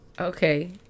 Okay